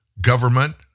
government